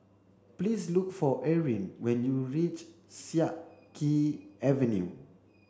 please look for Eryn when you reach Siak Kew Avenue